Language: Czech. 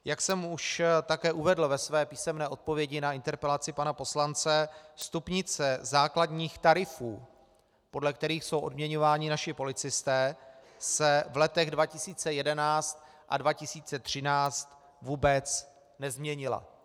Jak jsem už také uvedl ve své písemné odpovědi na interpelaci pana poslance, stupnice základních tarifů, podle kterých jsou odměňováni naši policisté, se v letech 2011 a 2013 vůbec nezměnila.